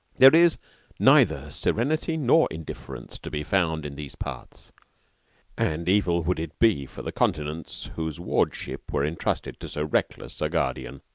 there is neither serenity nor indifference to be found in these parts and evil would it be for the continents whose wardship were intrusted to so reckless a guardian.